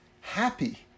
happy